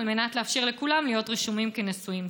על מנת לאפשר לכולם להיות רשומים כנשואים.